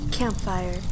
Campfire